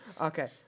Okay